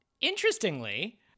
Interestingly